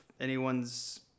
anyone's